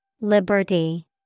Liberty